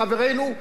לחברינו,